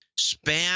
Spam